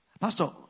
pastor